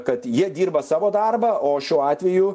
kad jie dirba savo darbą o šiuo atveju